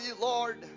Lord